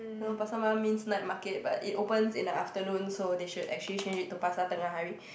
no pasar malam means night market but it opens in the afternoon so they should actually change it to pasar tengah hari